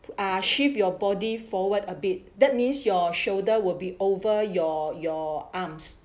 ah shift your body forward a bit that means your shoulder will be over your your arms